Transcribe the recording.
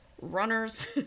runners